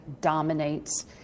dominates